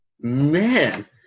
Man